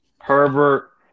Herbert